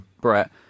Brett